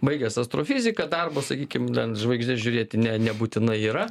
baigęs astrofiziką darbo sakykim ten žvaigždes žiūrėti ne nebūtinai yra